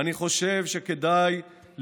אני דואג לש"ס עוד יותר,